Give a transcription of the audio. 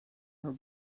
her